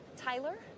tyler